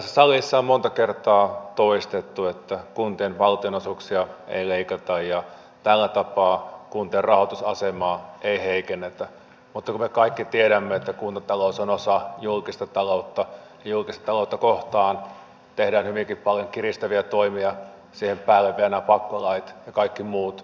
täällä on kuitenkin jonkun verran hallituspuolueiden edustajia paikan päällä ja tällä tapaa kuntien rahoitusasemaa ei heikennetä otto ovat kaikki uskon että kuntatalous on osa julkista taloutta julkistaloutta kohtaan kaikkien kansanedustajien korviin on tullut tieto äänekosken suuresta biotuotetehdasinvestoinnista